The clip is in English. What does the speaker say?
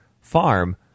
farm